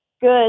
good